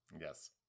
Yes